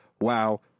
wow